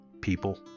people